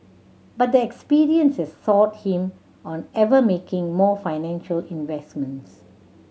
but the experience has soured him on ever making more financial investments